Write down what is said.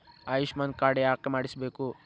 Ayushman card ಯಾಕೆ ಮಾಡಿಸಬೇಕು?